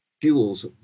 fuels